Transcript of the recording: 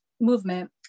movement